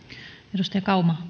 arvoisa